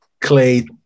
Clay